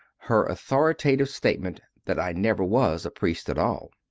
her authoritative statement that i never was a priest at all.